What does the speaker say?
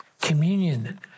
communion